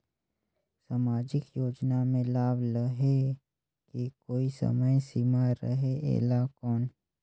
समाजिक योजना मे लाभ लहे के कोई समय सीमा रहे एला कौन?